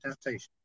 temptation